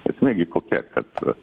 esmė gi kokia kad